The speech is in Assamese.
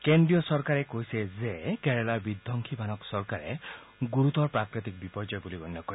কেন্দ্ৰীয় চৰকাৰে কৈছে যে কেৰালাৰ বিধবংসী বানক চৰকাৰে গুৰুতৰ প্ৰাকৃতিক বিপৰ্যয় বুলি গণ্য কৰে